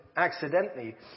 accidentally